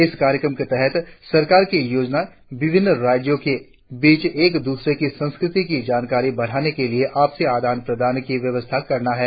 इस कार्यक्रम के तहत सरकार की योजना विभिन्न राज्यों के बीच एक दूसरे की संस्कृति की जानकारी बढ़ाने के लिए आपसी आदान प्रदान की व्यवस्था करना है